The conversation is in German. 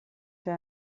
für